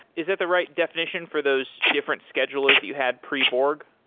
is that the right definition for those different schedulers that you had pre borg?